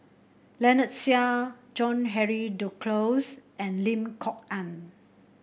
Lynnette Seah John Henry Duclos and Lim Kok Ann